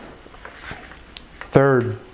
Third